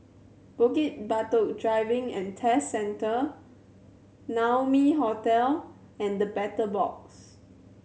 Bukit Batok Driving and Test Centre Naumi Hotel and The Battle Box